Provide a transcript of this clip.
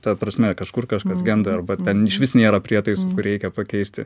ta prasme kažkur kažkas genda arba ten išvis nėra prietaisų kur reikia pakeisti